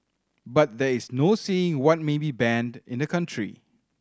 but there is no saying what may be banned in a country